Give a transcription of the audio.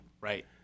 Right